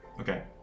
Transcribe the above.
Okay